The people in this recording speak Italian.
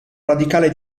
radicale